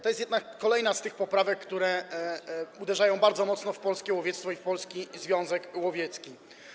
To jest jednak kolejna z poprawek, które uderzają bardzo mocno w polskie łowiectwo i w Polski Związek Łowiecki.